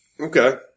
Okay